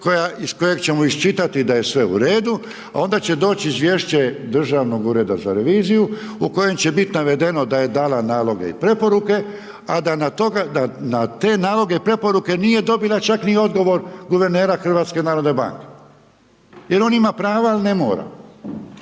iz kojeg ćemo iščitati da je sve u redu a onda će doći izvješće Državnog ureda za reviziju u kojem će biti navedeno da je dala naloge i preporuke a da na te naloge i preporuke nije dobila čak ni odgovor guvernera HNB-a. Jer on ima prava ali ne mora